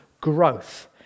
growth